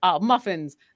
muffins